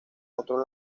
otro